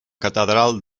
catedral